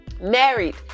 married